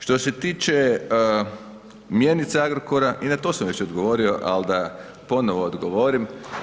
Što se tiče mjenica Agrokora i na to sam već odgovorio, ali da ponovo odgovorim.